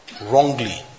wrongly